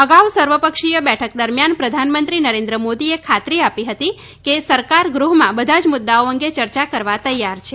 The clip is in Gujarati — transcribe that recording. અગાઉ સર્વપક્ષીય બેઠક દરમિયાન પ્રધાનમંત્રી નરેન્દ્ર મોદીએ ખાતરી આપી હતી કે સરકાર ગૃહમાં બધા જ મુદ્દાઓ અંગે ચર્ચા કરવા તૈયાર છે